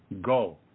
go